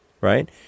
right